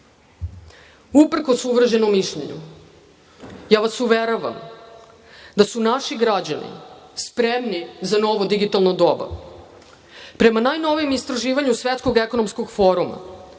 uvreženom mišljenju, ja vas uveravam da su naši građani spremni za novo digitalno doba. Prema najnovijim istraživanju Svetskog ekonomskog foruma,